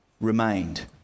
remained